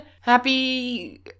Happy